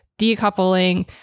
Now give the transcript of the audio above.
decoupling